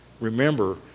remember